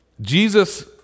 Jesus